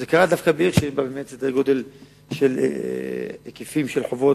זה קרה דווקא בעיר שיש בה היקפים גדולים מאוד של חובות,